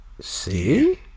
see